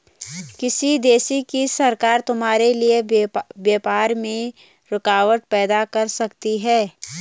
किसी देश की सरकार तुम्हारे लिए व्यापार में रुकावटें पैदा कर सकती हैं